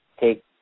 take